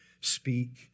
speak